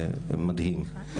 זה מדהים.